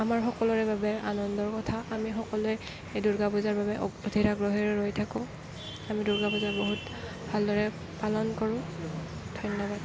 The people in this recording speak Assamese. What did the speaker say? আমাৰ সকলোৰে বাবে আনন্দৰ কথা আমি সকলোৱে এই দুৰ্গা পূজাৰ বাবে অধীৰ আগ্ৰহেৰে ৰৈ থাকোঁ আমি দুৰ্গা পূজা বহুত ভালদৰে পালন কৰোঁ ধন্যবাদ